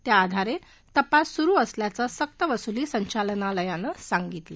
त्या आधारे तपास सुरु असल्याचं सक्तवसुली संचालनालयानं सांगितलं